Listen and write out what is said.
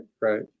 right